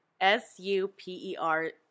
S-U-P-E-R